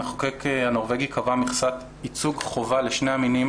המחוקק הנורבגי קבע מכסת ייצוג חובה לשני המינים